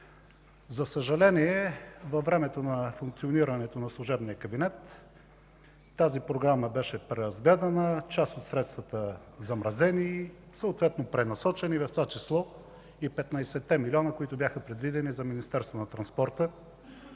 За съжаление във времето на функционирането на служебния кабинет тази програма беше преразгледана, част от средствата замразени, съответно пренасочени, в това число и 15-те милиона, които бяха предвидени за